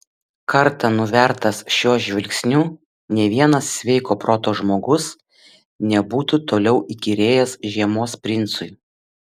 kartą nuvertas šiuo žvilgsniu nė vienas sveiko proto žmogus nebūtų toliau įkyrėjęs žiemos princui